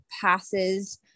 passes